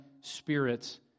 spirits